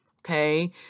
okay